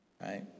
Right